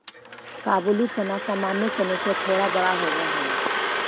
काबुली चना सामान्य चने से थोड़ा बड़ा होवअ हई